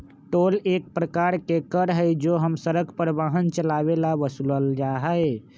toll एक प्रकार के कर हई जो हम सड़क पर वाहन चलावे ला वसूलल जाहई